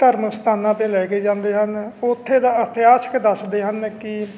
ਧਰਮ ਸਥਾਨਾਂ 'ਤੇ ਲੈ ਕੇ ਜਾਂਦੇ ਹਨ ਉੱਥੇ ਦਾ ਇਤਿਹਾਸਿਕ ਦੱਸਦੇ ਹਨ ਕਿ